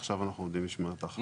עכשיו אנחנו במשמרת אחת.